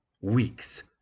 Weeks